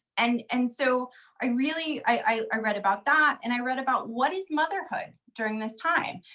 and and so i really i read about that and i read about, what is motherhood during this time?